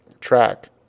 track